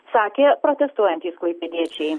sakė protestuojantys klaipėdiečiai